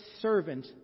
servant